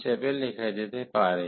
হিসাবে লেখা যেতে পারে